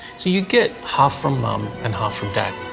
so you get half from mum and half from dad